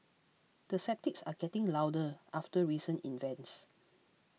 the sceptics are getting louder after recent events